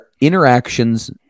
interactions